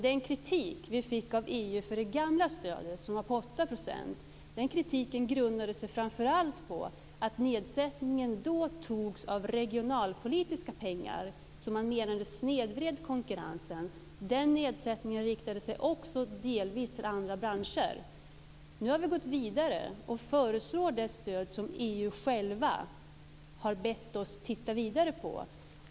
Den kritik vi fick från EU för det gamla stödet, som var på 8 %, grundade sig framför allt på att nedsättningen då finansierades med regionalpolitiska pengar. Man menade att det snedvred konkurrensen. Den nedsättningen riktade sig också delvis till andra branscher. Nu har vi gått vidare och föreslår det stöd som EU har bett oss titta vidare på.